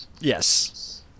yes